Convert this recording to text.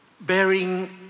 bearing